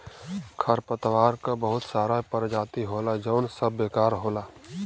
खरपतवार क बहुत सारा परजाती होला जौन सब बेकार होला